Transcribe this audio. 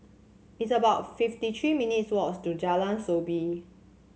it's about fifty three minutes' walk to Jalan Soo Bee